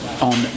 on